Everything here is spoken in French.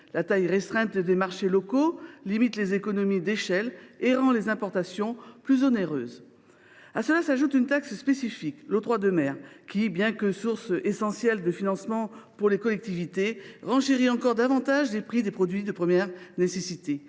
La taille restreinte des marchés locaux limite les économies d’échelle et rend les importations plus onéreuses. À cela s’ajoute une taxe spécifique, l’octroi de mer, qui, bien que source essentielle de financement pour les collectivités, renchérit encore davantage les prix des produits de première nécessité.